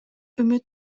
үмүт